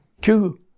Two